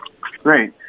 Great